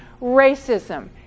racism